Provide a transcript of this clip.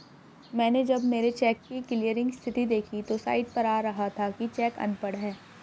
मैनें जब मेरे चेक की क्लियरिंग स्थिति देखी तो साइट पर आ रहा था कि चेक अनपढ़ है